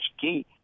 key